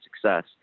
success